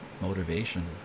motivation